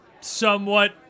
somewhat